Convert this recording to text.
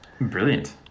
Brilliant